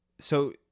So-